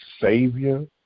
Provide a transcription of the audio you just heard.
savior